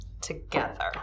together